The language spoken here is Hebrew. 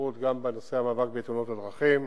רבות גם בנושא המאבק בתאונות הדרכים,